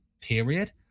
period